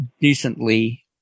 decently